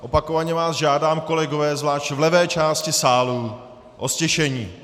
Opakovaně vás žádám, kolegové, zvlášť v levé části sálu, o ztišení.